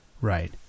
Right